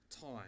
time